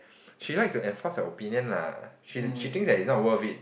she likes to enforce her opinion lah she she thinks that it's not worth it